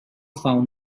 found